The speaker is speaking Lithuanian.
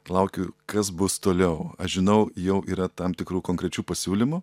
laukiu kas bus toliau aš žinau jau yra tam tikrų konkrečių pasiūlymų